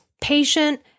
patient